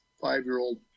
five-year-old